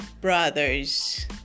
brothers